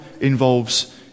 involves